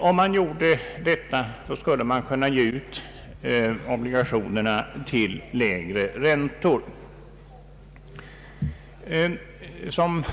Om så skedde, skulle obligationerna kunna ges ut till lägre räntor.